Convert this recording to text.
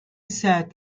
sat